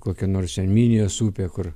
kokia nors ten minijos upė kur